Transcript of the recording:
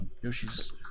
Yoshi's